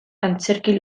antzerki